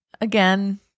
Again